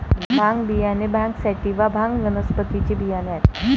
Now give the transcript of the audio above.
भांग बियाणे भांग सॅटिवा, भांग वनस्पतीचे बियाणे आहेत